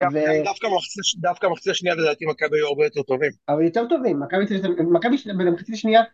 דווקא במחצית השנייה לדעתי מכבי היו הרבה יותר טובים היו יותר טובים מכבי במחצית השנייה